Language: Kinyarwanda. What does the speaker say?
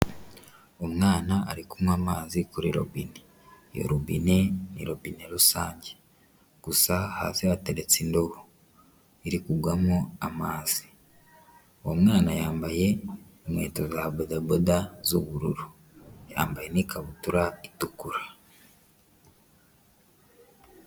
Umwana ari kunywa amazi kuri robine, iyo robine ni robine rusange, gusa hasi hateretse indobo iri kugwamo amazi. Uwo mwana yambaye inkweto za badaboda z'ubururu, yambaye n'ikabutura itukura.